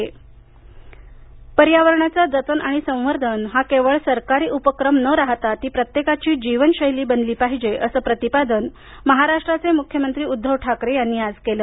उद्धव ठाकरे पर्यावरणाचं जतन आणि संवर्धन हा केवळ सरकारी उपक्रम न राहता ती प्रत्येकाची जीवनशैली बनली पाहीजे असं प्रतिपादन महाराष्ट्राचे मुख्यमंत्री उद्धव ठाकरे यांनी आज केलं